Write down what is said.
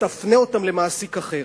תפנה אותם למעסיק אחר.